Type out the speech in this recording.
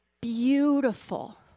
beautiful